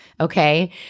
Okay